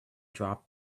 drop